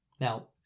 now